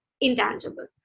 intangible